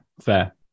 fair